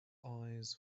eyes